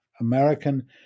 American